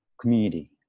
community